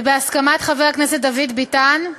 ובהסכמת חבר הכנסת דוד ביטן,